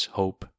hope